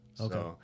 okay